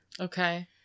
Okay